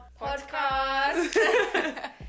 podcast